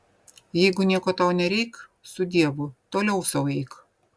jeigu nieko tau nereik su dievu toliau sau eik